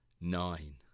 nine